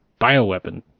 bioweapon